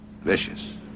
vicious